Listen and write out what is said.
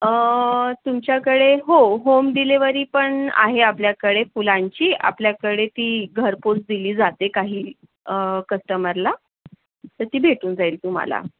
तुमच्याकडे हो home delivery पण आहे आपल्याकडे फुलांची आपल्याकडे ती घरपोच दिली जाते काही कस्टमरला तर ती भेटून जाईल तुम्हाला